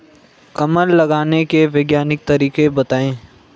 कमल लगाने के वैज्ञानिक तरीके बताएं?